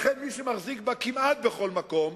לכן, מי שמחזיק בה כמעט בכל מקום,